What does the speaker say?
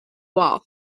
wall